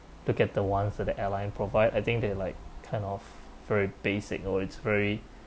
to get the ones that the airline provide I think they like kind of very basic or it's very